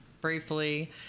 briefly